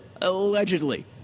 Allegedly